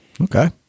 Okay